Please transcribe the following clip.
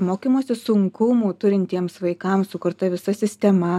mokymosi sunkumų turintiems vaikams sukurta visa sistema